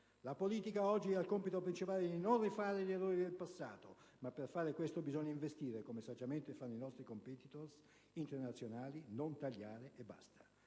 La politica oggi ha il compito principale di non ripetere gli errori del passato; ma per fare questo bisogna investire, come saggiamente fanno i nostri *competitors* internazionali, non tagliare e basta,